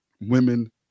women